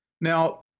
Now